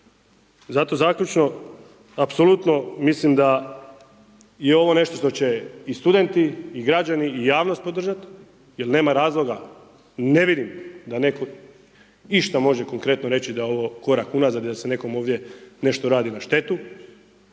Zato zaključno, apsolutno mislim da je ovo nešto što će i studenti i građani i javnost podržati jer nema razloga, ne vidim da netko išta može konkretno reći da je ovo korak unazad i da se nekom ovdje nešto radi na štetu.